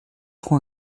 com